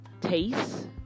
taste